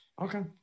Okay